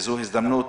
וזו הזדמנות